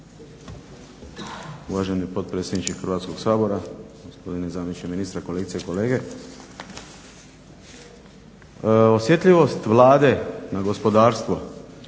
Uvaženi potpredsjedniče Hrvatskog sabora, gospodine zamjeniče ministra, kolegice i kolege. Osjetljivost Vlade na gospodarstvo